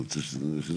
אני רוצה שנשמע.